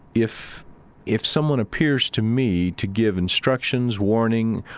if if someone appears to me to give instructions, warning,